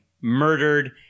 murdered